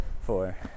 four